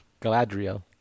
Galadriel